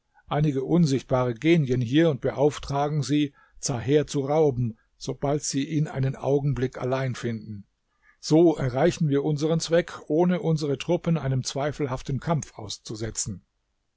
einige unsichtbare genien hier und beauftragen sie zaher zu rauben sobald sie ihn einen augenblick allein finden so erreichen wir unseren zweck ohne unsere truppen einem zweifelhaften kampf auszusetzen